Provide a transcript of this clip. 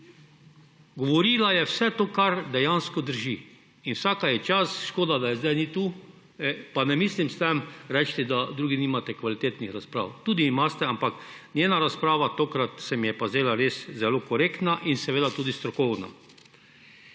Govorila je vse to, kar dejansko drži, in vsaka ji čast. Škoda, da je zdaj ni tu. Pa ne mislim s tem reči, da drugi nimate kvalitetnih razprav. Tudi imate, ampak njena razprava se mi je pa tokrat zdela res zelo korektna in seveda tudi strokovna.